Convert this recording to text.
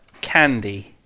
Candy